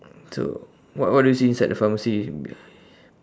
so what what do you see inside the pharmacy